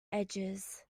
edges